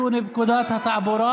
חבר הכנסת אחמד טיבי?